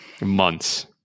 months